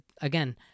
again